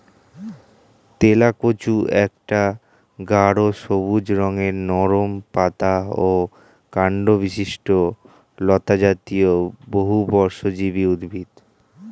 তেলাকুচা একটা গাঢ় সবুজ রঙের নরম পাতা ও কাণ্ডবিশিষ্ট লতাজাতীয় বহুবর্ষজীবী উদ্ভিদ